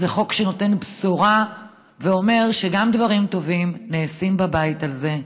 זה חוק שנותן בשורה ואומר שגם דברים טובים נעשים בבית הזה,